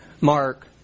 Mark